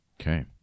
okay